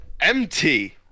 Empty